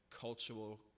cultural